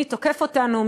מי תוקף אותנו,